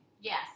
Yes